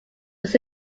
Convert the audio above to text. was